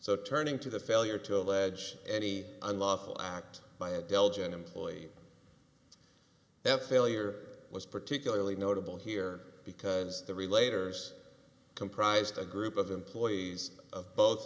so turning to the failure to allege any unlawful act by a belgian employee that failure was particularly notable here because the relator comprised a group of employees of both